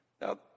Now